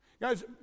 Guys